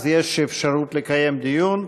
יש אפשרות לקיים דיון.